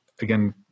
Again